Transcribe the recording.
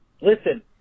Listen